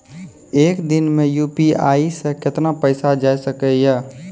एक दिन मे यु.पी.आई से कितना पैसा जाय सके या?